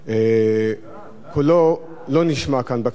קולו לא נשמע כאן בכנסת,